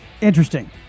Interesting